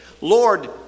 Lord